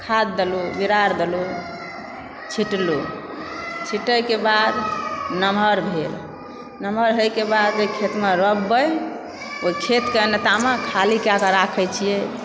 खाद देलुँ बिरार देलुँ छिटलुँ छिटयके बाद नमहर भेल नमहर होयके बाद ओहि खेतमे रोपबै ओहि खेतके तामऽ खाली कएके राखैत छियै